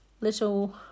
Little